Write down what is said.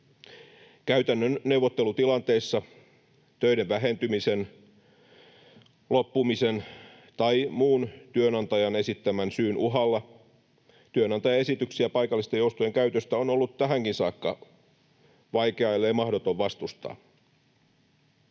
Käytännön neuvottelutilanteissa töiden vähentymisen, loppumisen tai muun työnantajan esittämän syyn uhalla työnantajaesityksiä paikallisten joustojen käytöstä on ollut tähänkin saakka vaikea, ellei mahdoton, vastustaa.